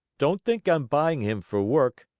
don't think i'm buying him for work.